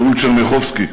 שאול טשרניחובסקי,